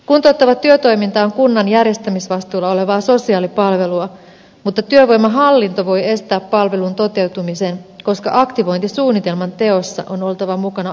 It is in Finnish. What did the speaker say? kuntouttava työtoiminta on kun nan järjestämisvastuulla olevaa sosiaalipalvelua mutta työvoimahallinto voi estää palvelun toteutumisen koska aktivointisuunnitelman teossa on oltava mukana aina työvoimahallinto